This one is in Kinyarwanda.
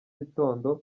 gitondo